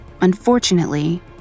Unfortunately